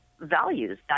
values